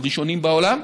אנחנו ראשונים בעולם.